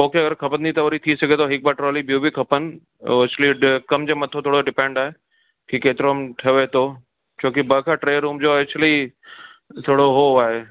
पोइ अगरि खपंदी त वरी थी सघे थो हिक ॿ ट्रोली ॿियूं बि खपनि उहो एक्चुली कम जे मथां थोरो डिपेंड आहे कि केतिरो ठहे थो छोकि ॿ खां टे रुम जो एक्चुली थोरो हो आहे